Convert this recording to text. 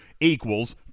equals